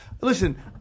Listen